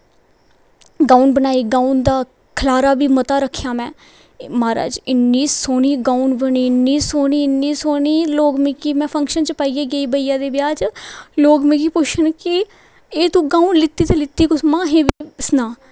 gown बनाई gown दा खलारा बी मता रक्खेआ में म्हाराज इन्नी सोह्नी गाउन बनी इ'न्नी सोह्नी इ'न्नी सोह्नी लोग मिगी में फंक्शन च पाइयै गेई भाईया दे ब्याह् च लोग मिगी पुछन कि एह् तूं गाउन लैत्ती ते लैत्ती कु'त्थुआं दा सनाऽ